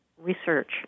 research